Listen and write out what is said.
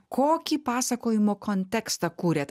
kokį pasakojimo kontekstą kūriat